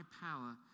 power